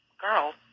girl